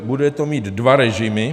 Bude to mít dva režimy.